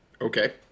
Okay